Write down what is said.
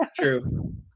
True